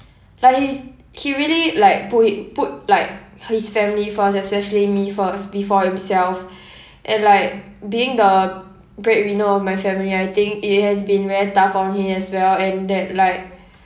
like he's he really like put it put like his family first especially me first before himself and like being the breadwinner of my family I think it has been very tough for him as well and that like